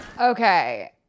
Okay